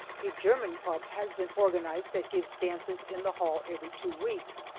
a german club has been organized that gives dances in the hall every two weeks.